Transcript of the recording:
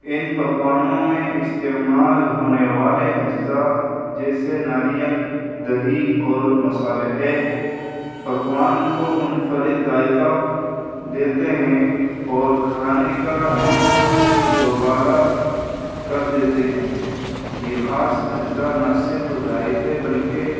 ان پکوانوں میں استعمال ہونے والے اجزاء جیسے ناریل دہی اور مصالحے پکوان کو منفرد ذائقہ دیتے ہیں اور کھانے کا لطف دوبالا کر دیتے ہیں یہ خاص اجزاء نا صرف ذائقے بلکہ